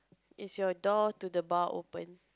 is your door to the bar open